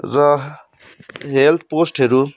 र हेल्थपोस्टहरू